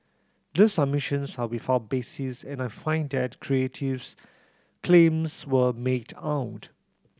these submissions are without basis and I find that Creative's claims were made out